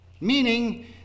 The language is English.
meaning